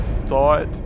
thought